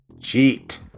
Cheat